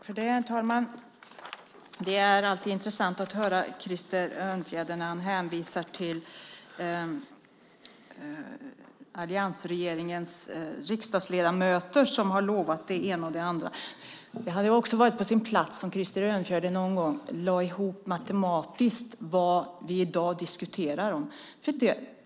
Herr talman! Det är alltid intressant att höra Krister Örnfjäder hänvisa till alliansregeringens riksdagsledamöter som har lovat det ena och det andra. Det hade också varit på sin plats om Krister Örnfjäder någon gång matematiskt lade ihop det vi diskuterar i dag.